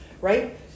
right